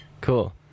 Cool